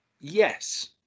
Yes